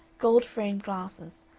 gold-framed glasses,